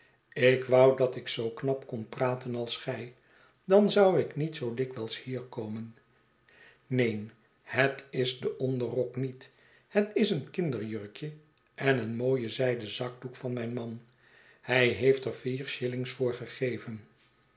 ik wou dat ik zoo knap kon praten als gij dan zou ik niet zoo dikwijls hier komen neen het is de onderrok niet het is een kinderjurkje en een mooie zijden zakdoek van mijn man hij heeft er vier shillings